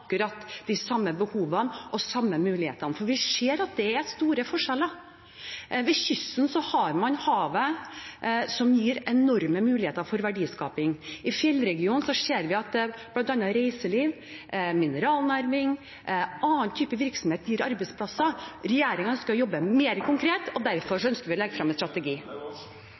er store forskjeller. Ved kysten har man havet, som gir enorme muligheter for verdiskaping, og i fjellregioner ser vi at bl.a. reiseliv, mineralnæring – annen type virksomhet – gir arbeidsplasser. Regjeringen ønsker å jobbe mer konkret, og derfor ønsker vi å legge frem en strategi.